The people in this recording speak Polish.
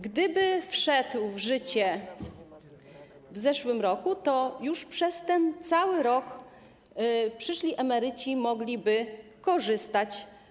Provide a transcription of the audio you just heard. Gdyby wszedł w życie w ubiegłym roku, to już przez ten cały rok przyszli emeryci mogliby z tego korzystać.